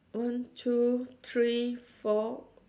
one two three four